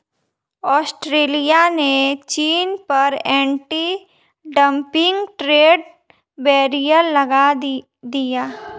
Australia ने चीन पर एंटी डंपिंग ट्रेड बैरियर लगा दिया